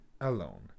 alone